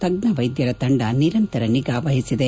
ತಜ್ಜ ವೈದ್ಯರ ತಂಡ ನಿರಂತರ ನಿಗಾ ವಹಿಸಿದೆ